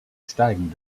steigen